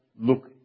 look